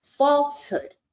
falsehood